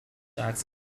acts